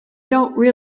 really